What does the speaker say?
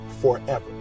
forever